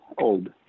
old